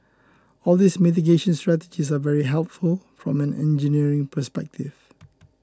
all these mitigation strategies are very helpful from an engineering perspective